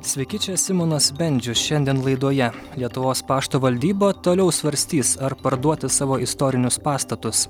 sveiki čia simonas bendžius šiandien laidoje lietuvos pašto valdyba toliau svarstys ar parduoti savo istorinius pastatus